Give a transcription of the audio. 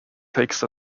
takes